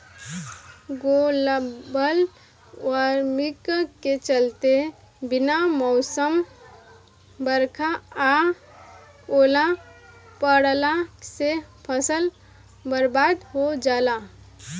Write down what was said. global warming के चलते बिना मौसम बरखा आ ओला पड़ला से फसल बरबाद हो जाला